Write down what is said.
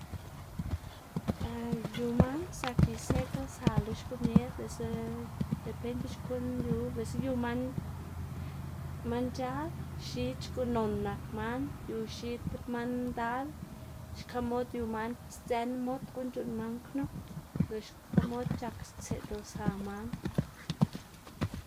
yu man zak iseꞌdlsa lo xkomier, biꞌltse depende xkuꞌn yu biꞌltse yu man, man c̲h̲al x̱id xkuꞌn non nak man yu x̱id tib man ndal xka mod yu man sdzën mod guꞌn c̲h̲uꞌnn man knu, lox xka mod c̲h̲ak stseꞌdlsa man.